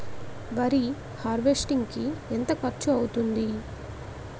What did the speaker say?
వరి హార్వెస్టింగ్ కి ఎంత ఖర్చు అవుతుంది?